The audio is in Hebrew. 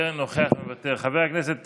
נוכח ומוותר, חבר הכנסת